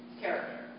character